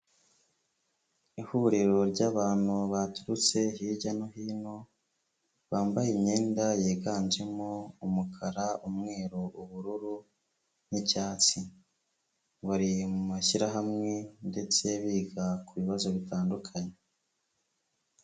Ihuriro ry'abantu baturutse hirya no hino. Bambaye imyenda yiganjemo umukara, umweru, ubururu n'icyatsi. Bari mu mashyirahamwe ndetse biga ku bibazo bitandukanye.